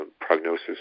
prognosis